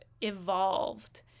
evolved